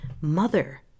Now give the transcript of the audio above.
mother